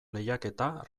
lehiaketa